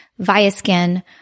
ViaSkin